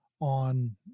on